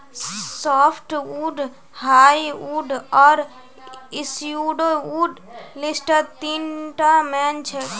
softwood hardwood आर pseudowood लिस्टत तीनटा मेन छेक